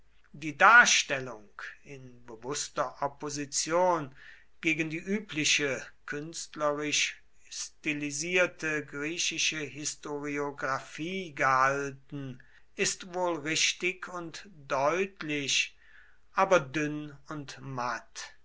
die darstellung in bewußter opposition gegen die übliche künstlerisch stilisierte griechische historiographie gehalten ist wohl richtig und deutlich aber dünn und matt